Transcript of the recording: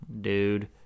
dude